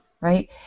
right